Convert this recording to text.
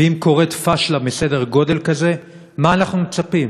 ואם קורית פשלה מסדר גודל כזה, מה אנחנו מצפים,